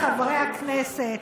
בושה, חבריי חברי הכנסת,